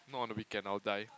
not on the weekend I'll die